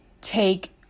take